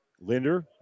Linder